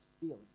feeling